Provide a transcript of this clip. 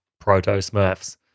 proto-smurfs